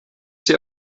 sie